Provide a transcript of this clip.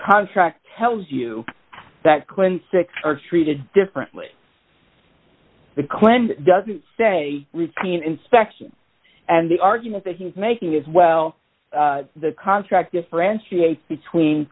contract tells you that clint six are treated differently the clinton doesn't say routine inspection and the argument that he's making is well the contract differentiates between